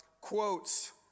quotes